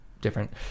different